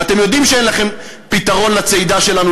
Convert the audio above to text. ואתם יודעים שאין לכם פתרון לצעידה שלנו